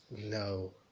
No